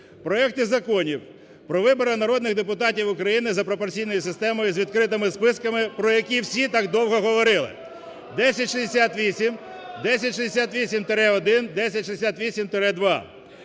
проекти законів про вибори народних депутатів України за пропорційною системою з відкритими списками, про які всі так довго говорили 1068, 1068-1, 1068-2,